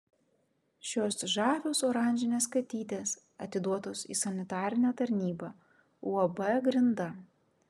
šios žavios oranžinės katytės atiduotos į sanitarinę tarnybą uab grinda